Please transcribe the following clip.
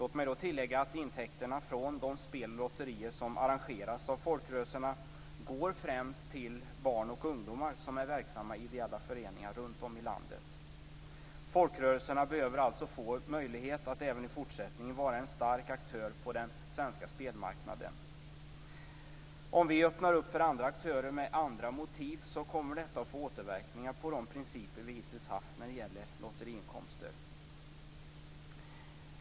Låt mig tillägga att intäkterna från de spel och lotterier som arrangeras av folkrörelserna främst går till barn och ungdomar som är verksamma i ideella föreningar runt om i landet. Folkrörelserna behöver alltså få möjlighet att även i fortsättningen vara en stark aktör på den svenska spelmarknaden.